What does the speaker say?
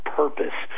purpose